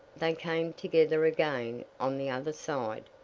they came together again on the other side.